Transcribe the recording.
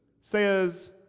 says